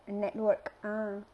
network ah